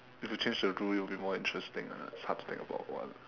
if you change to the rule it'll be more interesting ah it's hard to think about one